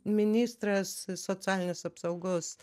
ministras socialinės apsaugos